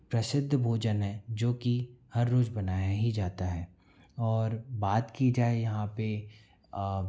प्रसिद्ध भोजन है जोकि हर रोज़ बनाया ही जाता है और बात की जाए यहाँ पे